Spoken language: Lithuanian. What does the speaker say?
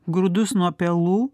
grūdus nuo pelų